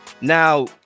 now